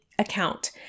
account